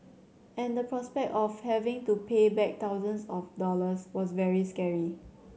and the prospect of having to pay back thousands of dollars was very scary